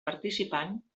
participant